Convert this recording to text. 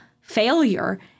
failure